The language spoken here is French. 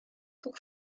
pour